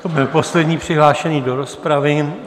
To byl poslední přihlášený do rozpravy.